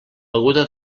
beguda